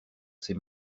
ses